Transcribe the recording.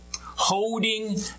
holding